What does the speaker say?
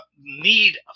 need